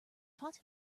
taught